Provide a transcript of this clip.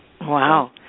Wow